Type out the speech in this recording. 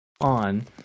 on